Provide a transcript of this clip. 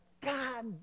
God